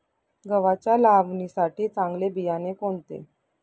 गव्हाच्या लावणीसाठी चांगले बियाणे कोणते?